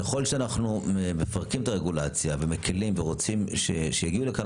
ככל שאנחנו מפרקים את הרגולציה ומקלים ורוצים שיגיעו לכאן